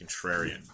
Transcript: contrarian